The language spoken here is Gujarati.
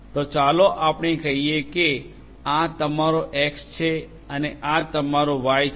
તો ચાલો આપણે કહીએ કે આ તમારો Xએક્ષ છે અને આ તમારું Yવાય છે